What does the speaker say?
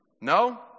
No